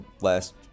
last